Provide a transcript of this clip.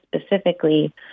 specifically